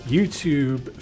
YouTube